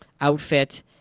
outfit